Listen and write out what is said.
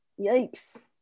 yikes